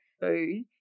food